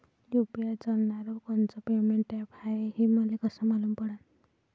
UPI चालणारं कोनचं payment app हाय, हे मले कस मालूम पडन?